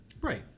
Right